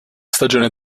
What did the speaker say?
stagione